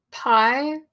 pie